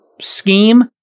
scheme